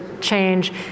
change